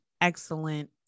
excellent